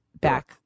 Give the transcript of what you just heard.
back